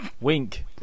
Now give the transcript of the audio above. Wink